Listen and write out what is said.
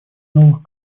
новых